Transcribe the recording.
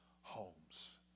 homes